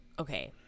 Okay